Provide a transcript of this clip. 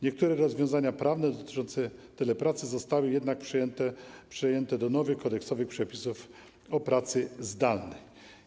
Niektóre rozwiązania prawne dotyczące telepracy zostały jednak przyjęte do nowych kodeksowych przepisów o pracy zdalnej.